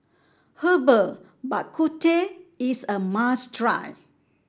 Herbal Bak Ku Teh is a must try